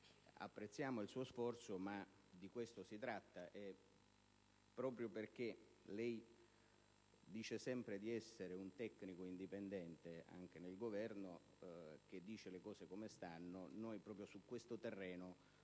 Apprezziamo il suo sforzo, ma di questo si tratta. Proprio perché lei afferma sempre di essere un tecnico indipendente anche nel Governo, che dice le cose come stanno, su questo terreno